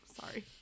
Sorry